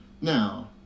Now